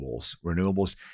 Renewables